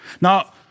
Now